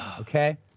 okay